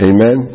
Amen